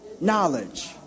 knowledge